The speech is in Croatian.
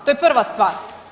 To je prva stvar.